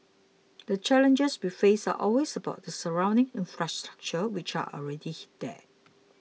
the challenges we face are always about the surrounding infrastructure which are already he there